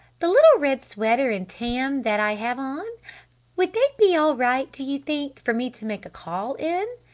the little red sweater and tam that i have on would they be all right, do you think, for me to make a call in?